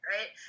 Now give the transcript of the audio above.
Right